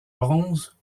bronze